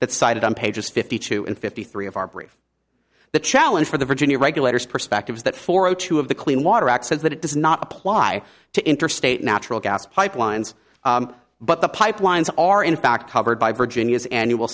that cited on pages fifty two and fifty three of our brief the challenge for the virginia regulators perspective is that four o two of the clean water act says that it does not apply to interstate natural gas pipelines but the pipelines are in fact covered by virginia's annual